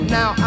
Now